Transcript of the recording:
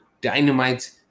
Dynamite